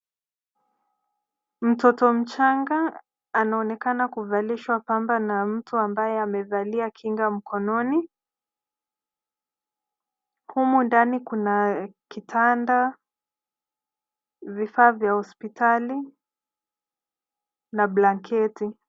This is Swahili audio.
Mtoto mchanga anaoneka kuvalishwa pamper na mtu ambaye amevalia kinga mkononi, humu ndani kuna kitanda, vifaa vya hospitali, na blanketi